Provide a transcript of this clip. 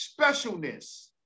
specialness